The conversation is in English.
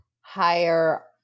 higher